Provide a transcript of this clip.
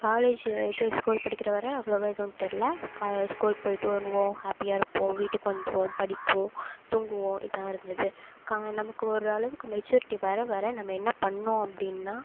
college இது school படிக்கிற வரை அவ்வளோவா எதுவும் தெரில ஸ்கூல்க்கு போய்ட்டு வருவோம் ஹேப்பியாக இருப்போம் வீட்டுக்கு வந்துடுவோம் படிப்போம் தூங்குவோம் இதான் இருந்தது நமக்கு ஒரு அளவுக்கு மெச்யூரிட்டி வர வர நம்ம என்ன பண்ணோம் அப்படின்னா